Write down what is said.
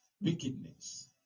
wickedness